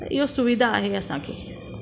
इहो सुविधा आहे असांखे